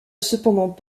cependant